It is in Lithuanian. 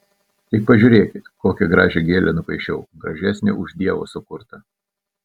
tik pažiūrėkit kokią gražią gėlę nupaišiau gražesnę už dievo sukurtą